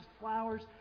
flowers